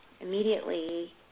immediately